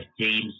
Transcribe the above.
Teams